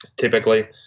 typically